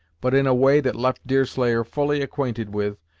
but in a way that left deerslayer fully acquainted with,